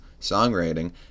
songwriting